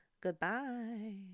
Goodbye